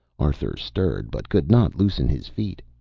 arthur stirred, but could not loosen his feet.